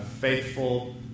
faithful